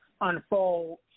unfold